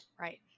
Right